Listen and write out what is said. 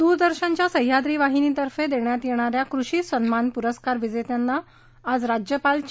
दूरदर्शनच्या सहयाद्री वाहिनीतर्फे देण्यात येणा या कृषी सन्मान पुरस्कार विजेत्यांना आज राज्यपाल चे